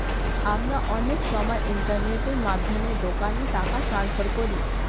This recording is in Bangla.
আমরা অনেক সময় ইন্টারনেটের মাধ্যমে দোকানে টাকা ট্রান্সফার করি